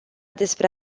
despre